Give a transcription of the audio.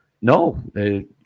No